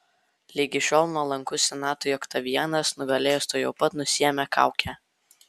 ligi šiol nuolankus senatui oktavianas nugalėjęs tuojau pat nusimetė kaukę